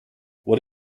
what